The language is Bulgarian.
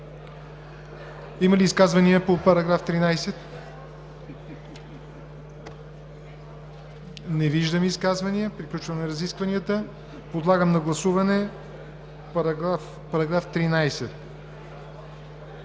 Има ли изказвания по § 13? Не виждам изказвания. Приключваме разискванията. Подлагам на гласуване § 13